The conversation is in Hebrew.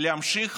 להמשיך